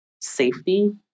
safety